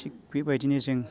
थिग बेबायदिनो जों